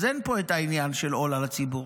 אז אין פה את העניין של עול על הציבור.